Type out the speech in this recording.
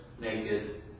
naked